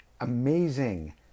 amazing